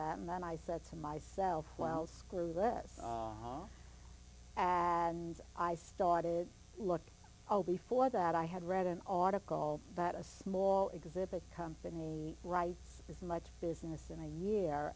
that and then i said to myself well screw that and i started looking before that i had read an article about a small exhibit company write as much business in a year